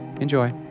Enjoy